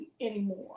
anymore